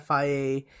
FIA